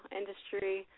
industry